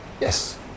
yes